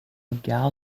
gal